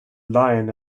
lion